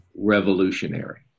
revolutionary